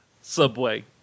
Subway